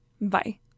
Bye